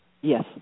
Yes